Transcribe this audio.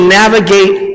navigate